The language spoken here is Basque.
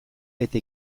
eta